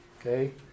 Okay